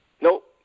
Nope